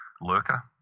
Lurker